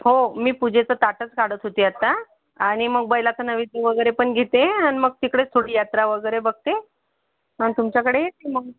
हो मी पूजेचं ताटच काढत होती आता आणि मग बैलाचा नैवेद्य वगैरे पण घेते आणि मग तिकडेच करू यात्रा वगैरे बघते आणि तुमच्याकडे मग